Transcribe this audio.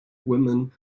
women